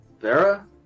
Vera